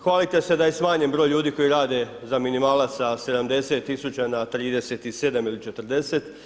Hvalite se da je smanjen broj ljudi koji rade za minimalac sa 70 000 na 37 ili 40.